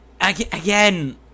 again